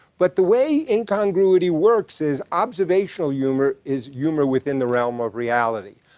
but the way incongruity works is, observational humor is humor within the realm of reality.